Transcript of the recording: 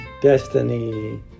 Destiny